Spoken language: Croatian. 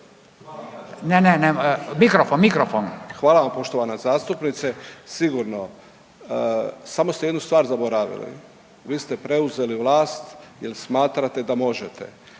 ne, ne, mikrofon, mikrofon. **Deur, Ante (HDZ)** Hvala vam poštovana zastupnice, sigurno samo ste jednu stvar zaboravili, vi ste preuzeli vlast jer smatrate da možete.